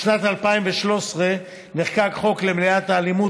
בשנת 2013 נחקק חוק למניעת אלימות